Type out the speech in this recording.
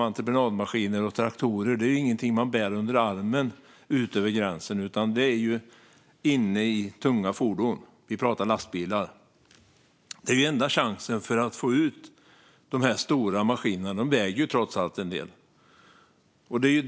Entreprenadmaskiner och traktorer är ju inget man bär under armen över gränsen, utan enda chansen att få ut dessa stora, tunga maskiner är med lastbil.